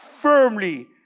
firmly